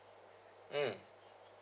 mm